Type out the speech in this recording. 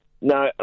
No